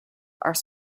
are